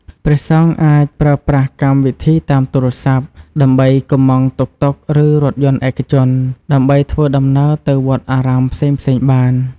ព្រះសង្ឃអាចប្រើប្រាស់កម្មវិធីតាមទូរស័ព្ទ ដើម្បីកម្មង់តុកតុក ឬ រថយន្តឯកជន ដើម្បីធ្វើដំណើរទៅវត្តអារាមផ្សេងៗបាន។